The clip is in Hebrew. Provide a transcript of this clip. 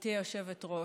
גברתי היושבת-ראש.